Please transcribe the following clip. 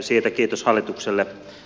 siitä kiitos hallitukselle